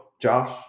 Josh